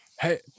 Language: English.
hey